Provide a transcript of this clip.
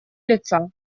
лица